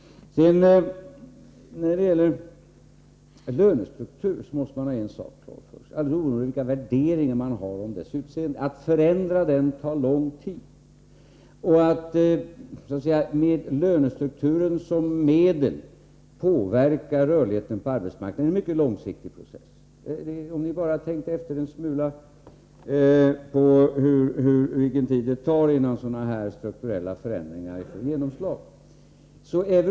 När det sedan gäller lönestrukturen måste man ha en sak klar för sig, oberoende av vilka värderingar man anlägger på dess utseende: att förändra den tar lång tid. Att med lönestrukturen som medel påverka rörligheten på arbetsmarknaden är en mycket långsiktig process. Om ni bara tänkte efter en smula, skulle ni inse vilken tid det tar innan sådana strukturella förändringar får genomslag.